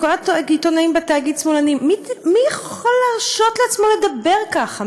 "כל העיתונאים בתאגיד שמאלנים" מי יכול להרשות לעצמו לדבר ככה?